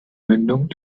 mündung